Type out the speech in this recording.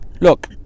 look